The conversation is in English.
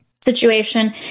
situation